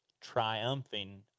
triumphing